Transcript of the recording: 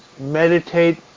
meditate